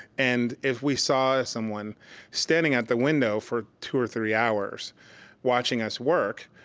and if we saw someone standing at the window for two or three hours watching us work,